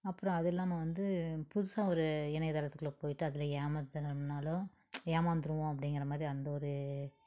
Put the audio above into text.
அப்புறம் அது இல்லாமல் வந்து புதுசாக ஒரு இணையத்தளத்துக்குள்ள போய்ட்டு அதில் ஏமாற்றுனம்னாலோ ஏமாந்துடுவோம் அப்படிங்கிறமாரி அந்த ஒரு